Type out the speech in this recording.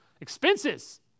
expenses